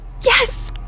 Yes